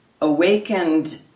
awakened